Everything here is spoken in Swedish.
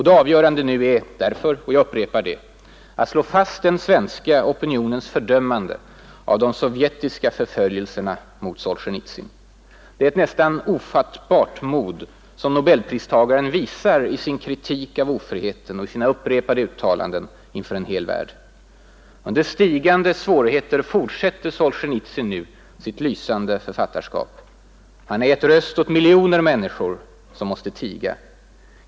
Det avgörande nu är därför — jag upprepar det — att slå fast den svenska opinionens fördömande av de sovjetiska förföljelserna mot Solzjenitsyn. Det är ett nästan ofattbart mod som nobelpristagaren visar i sin kritik av ofriheten och i sina upprepade uttalanden inför en hel värld. Under stigande svårigheter fortsätter Solzjenitsyn nu sitt lysande författarskap. Han har gett röst åt miljoner människor som måste tiga.